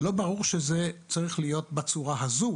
לא ברור שזה צריך להיות בצורה הזו